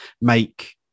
make